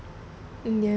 mm ya